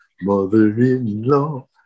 Mother-in-law